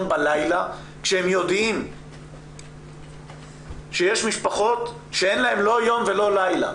בלילה כשהם יודעים שיש משפחות שאין להן לא יום ולא לילה,